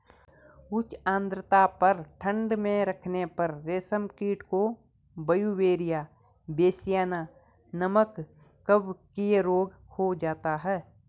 उच्च आद्रता व ठंड में रखने पर रेशम कीट को ब्यूवेरिया बेसियाना नमक कवकीय रोग हो जाता है